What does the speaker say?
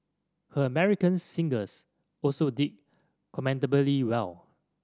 her American singles also did commendably well